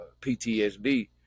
PTSD